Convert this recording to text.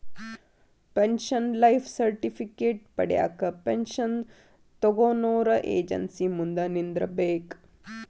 pension life certificate ಪಡ್ಯಾಕ pension ತೊಗೊನೊರ agency ಮುಂದ ನಿಂದ್ರಬೇಕ್